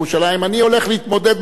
אני הולך להתמודד בבחירות.